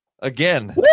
Again